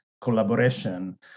collaboration